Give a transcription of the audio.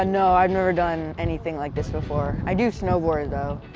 ah no, i've never done anything like this before. i do snowboard, though,